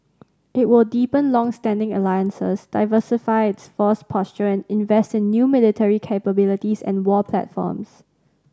it will deepen longstanding alliances diversify its force posture and invest in new military capabilities and war platforms